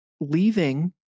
leaving